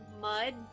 mud